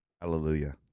Hallelujah